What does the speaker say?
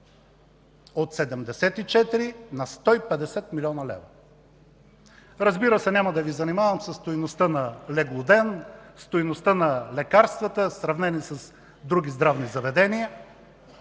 От 74 на 150 млн. лв.! Разбира се, няма да Ви занимавам със стойността на леглоден и стойността на лекарствата, сравнени с други здравни заведения.